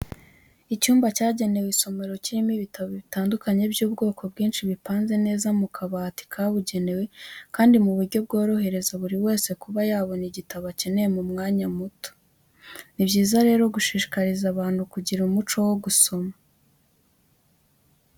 Icyumba cyagenewe isomero kirimo ibitabo bitandukanye by'ubwoko bwinshi bipanze neza mu kabati kabugenewe kandi mu buryo bworohereza buri wese kuba yabona igitabo akeneye mu mwanya muto. Ni byiza rero gushishikariza abantu kugira umuco wo gusoma.